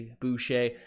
Boucher